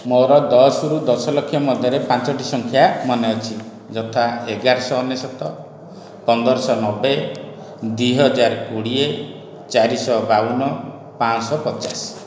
ମୋର ଦଶରୁ ଦଶଲକ୍ଷ ମଧ୍ୟରେ ପାଞ୍ଚଟି ସଂଖ୍ୟା ମନେ ଅଛି ଯଥା ଏଗାରଶହ ଅନେଶ୍ଵତ ପନ୍ଦରଶହ ନବେ ଦୁଇ ହଜାର କୋଡ଼ିଏ ଚାରିଶହ ବାଉନ ପାଞ୍ଚଶହ ପଚାଶ